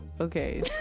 Okay